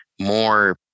more